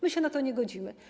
My się na to nie godzimy.